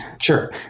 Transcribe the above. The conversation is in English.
Sure